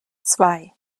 zwei